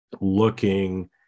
looking